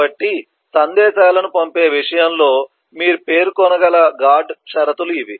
కాబట్టి సందేశాలను పంపే విషయంలో మీరు పేర్కొనగల గార్డు షరతులు ఇవి